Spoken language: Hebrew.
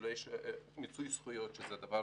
צרכים של ניצולי שואה הרשות